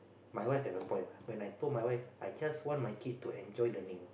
my wife have a point when I told my wife I just want my kid to enjoy learning